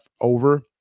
over